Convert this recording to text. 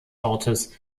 ortes